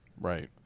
Right